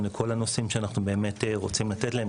לכל הנושאים שאנחנו רוצים לתת להם.